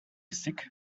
sick